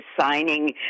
signing